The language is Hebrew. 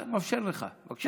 מאפשר לך, בבקשה.